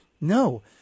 No